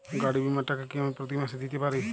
গাড়ী বীমার টাকা কি আমি প্রতি মাসে দিতে পারি?